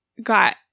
got